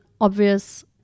obvious